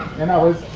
and i was,